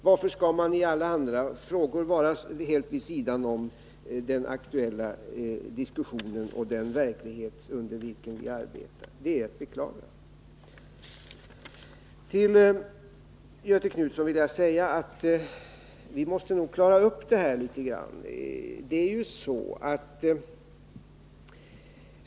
Varför skall man i alla andra frågor vara helt vid sidan om den aktuella diskussionen och den verklighet under vilken vi arbetar? Det är som sagt beklagligt att vpk är det. Till Göthe Knutson vill jag säga att vi nog måste klara ut det här.